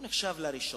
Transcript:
הוא נחשב לראשון.